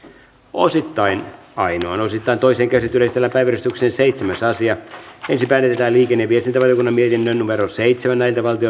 osittain ainoaan osittain toiseen käsittelyyn esitellään päiväjärjestyksen seitsemäs asia ensin päätetään liikenne ja viestintävaliokunnan mietinnön seitsemän